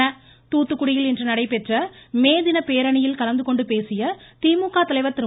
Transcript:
மே தின தொடர்ச்சி தூத்துக்குடியில் இன்று நடைபெற்ற மே தின பேரணியில் கலந்துகொண்டு பேசிய திமுக தலைவர் திரு